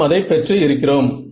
நாம் அதை பெற்று இருக்கிறோம்